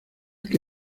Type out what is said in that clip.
que